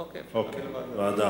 אוקיי, אפשר להעביר לוועדה.